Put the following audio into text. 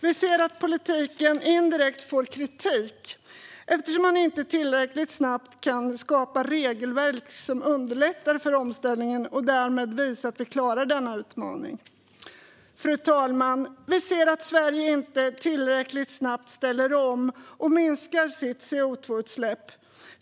Vi ser att politiken indirekt får kritik, eftersom man inte tillräckligt snabbt kan skapa regelverk som underlättar för omställningen och därmed visa att vi klarar denna utmaning. Fru talman! Vi ser att Sverige inte tillräckligt snabbt ställer om och minskar våra CO2-utsläpp.